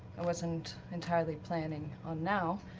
i wasn't entirely planning on now.